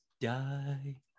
die